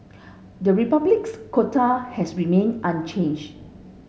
the Republic's quota has remained unchanged